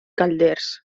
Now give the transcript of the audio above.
calders